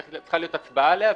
צריכה להיות הצבעה עליה,